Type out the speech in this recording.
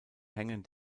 hängen